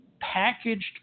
packaged